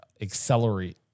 accelerate